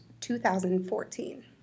2014